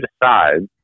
decides